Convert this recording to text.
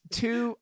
two